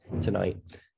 tonight